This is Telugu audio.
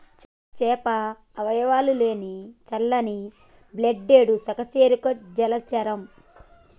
చేప అవయవాలు లేని చల్లని బ్లడెడ్ సకశేరుక జలచరం